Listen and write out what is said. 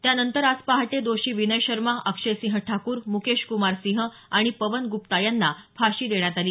त्यानंतर आज पहाटे दोषी विनय शर्मा अक्षय सिंह ठाकूर मुकेश कुमार सिंह आणि पवन गुप्ता यांना फाशी देण्यात आली